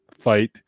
Fight